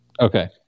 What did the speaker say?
Okay